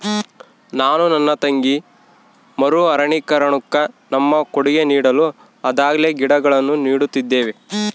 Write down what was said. ನಾನು ನನ್ನ ತಂಗಿ ಮರು ಅರಣ್ಯೀಕರಣುಕ್ಕ ನಮ್ಮ ಕೊಡುಗೆ ನೀಡಲು ಆದಾಗೆಲ್ಲ ಗಿಡಗಳನ್ನು ನೀಡುತ್ತಿದ್ದೇವೆ